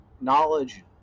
knowledge